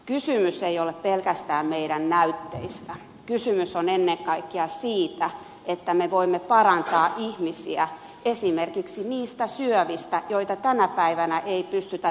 kysymys ei ole pelkästään meidän näytteistämme kysymys on ennen kaikkea siitä että me voimme parantaa ihmisiä esimerkiksi niistä syövistä joita tänä päivänä ei pystytä parantamaan